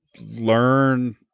learn